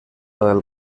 del